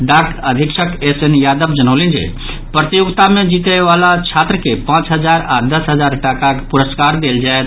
डाक अधीक्षक S N Yadav जनौलनि जे प्रतियोगिता मे जीतयबाला छात्र के पांच हजार आओर दस हजार टाकाक पुरस्कार देल जायत